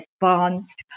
advanced